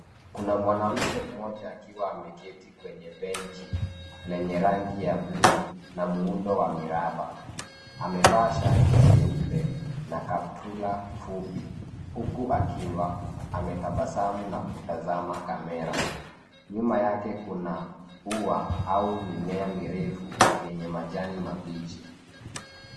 Kuna mwanamke mmoja akiwa ameketi kwenye benchi lenye rangi ya blue na miundo wa miraba, amevaa shati jeupe na kaptura fupi huku akiwa ametabasamu na kutazama kamera. Nyuma yake kuna ua mimea mirefu yenye majani mabichi.